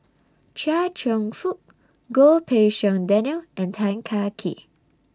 Chia Cheong Fook Goh Pei Siong Daniel and Tan Kah Kee